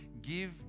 Give